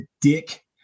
dick